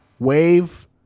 Wave